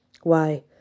Why